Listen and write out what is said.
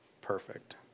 perfect